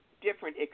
different